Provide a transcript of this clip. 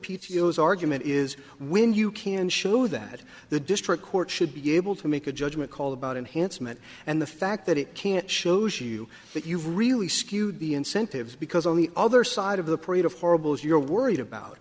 is argument is when you can show that the district court should be able to make a judgment call about enhancement and the fact that it can't shows you that you've really skewed the incentives because on the other side of the parade of horribles you're worried about